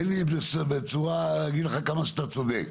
אין לי צורה להגיד לך כמה שאתה צודק.